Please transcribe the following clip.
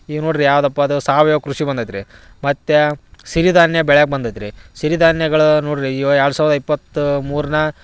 ಈಗ ನೋಡಿರಿ ಯಾವುದಪ್ಪ ಅದು ಸಾವಯವ ಕೃಷಿ ಬಂದೈತಿ ರೀ ಮತ್ತು ಸಿರಿಧಾನ್ಯ ಬೆಳೆ ಬಂದೈತಿ ರೀ ಸಿರಿಧಾನ್ಯಗಳ ನೋಡಿರಿ ಈವಾಗ ಎರಡು ಸಾವಿರದ ಇಪ್ಪತ್ತ ಮೂರನ್ನ